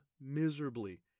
miserably